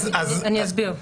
אני אסביר.